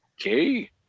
okay